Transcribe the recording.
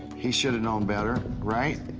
he should've known better, right?